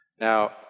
Now